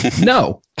no